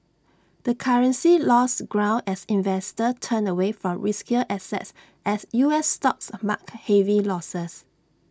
the currency lost ground as investors turned away from riskier assets as U S stocks marked heavy losses